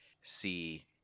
see